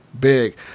big